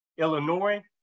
Illinois